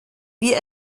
wir